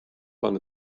fan